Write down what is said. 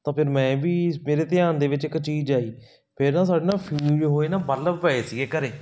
ਤਾਂ ਫਿਰ ਮੈਂ ਵੀ ਮੇਰੇ ਧਿਆਨ ਦੇ ਵਿੱਚ ਇੱਕ ਚੀਜ਼ ਆਈ ਫਿਰ ਨਾ ਸਾਡੇ ਨਾਲ ਫਿਊਜ਼ ਹੋਏ ਨਾ ਬਲਬ ਪਏ ਸੀਗੇ ਘਰ